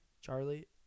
Charlie